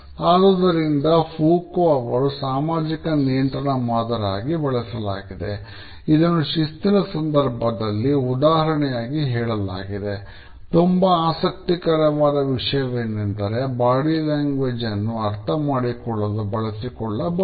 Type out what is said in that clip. ಆದುದರಿಂದ ಫುಕೌಲ್ಟ್ ಅನ್ನು ಅರ್ಥಮಾಡಿಕೊಳ್ಳಲು ಬಳಸಿಕೊಳ್ಳಬಹುದು